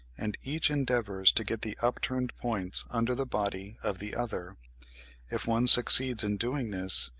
and each endeavours to get the upturned points under the body of the other if one succeeds in doing this,